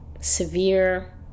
Severe